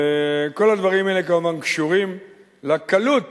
וכל הדברים האלה, כמובן, קשורים לקלות